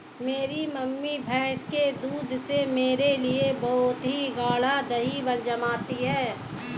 मेरी मम्मी भैंस के दूध से मेरे लिए बहुत ही गाड़ा दही जमाती है